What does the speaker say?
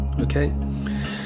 Okay